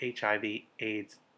HIV-AIDS